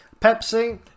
Pepsi